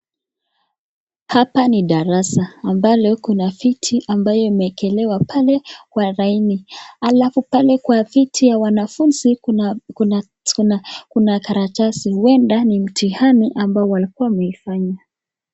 Hapa ni darasa ambalo kuna viti ambayo imeekelewa pale kwa laini. Alafu pale kwa viti ya wanafunzi kuna karatasi uenda ni mtihani ambao walikuwa wameifanya.